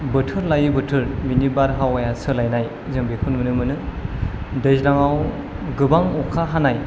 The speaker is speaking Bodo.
बोथोर लायै बोथोर बिनि बारहावाया सोलायनाय जों बेखौ नुनो मोनो दैज्लांआव गोबां अखा हानाय